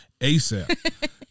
ASAP